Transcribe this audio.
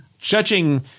judging